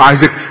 Isaac